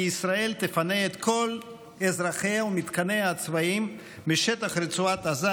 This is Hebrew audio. כי ישראל תפנה את כל אזרחיה ומתקניה הצבאיים משטח רצועת עזה